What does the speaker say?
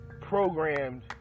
programmed